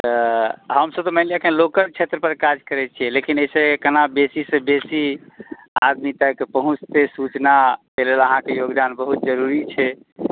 तऽ हमसब तऽ मानि लिअ अखन लोकल क्षेत्र पर काज करै छियै लेकिन एहि सऽ एक अना बेसी सऽ बेसी आदमी तक पहुँचतै सूचना ताहि लेल अहाँके योगदान बहुत जरुरी छै